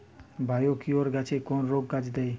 Biocure গাছের কোন রোগে কাজেদেয়?